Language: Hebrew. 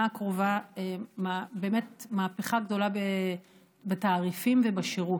הקרובה באמת מהפכה גדולה בתעריפים ובשירות.